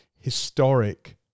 historic